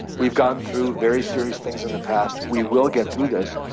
we've gotten through very serious things in the past. we will get through this.